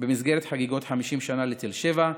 במסגרת חגיגות 50 שנה לתל שבע.